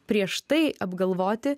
prieš tai apgalvoti